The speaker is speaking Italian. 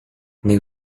nel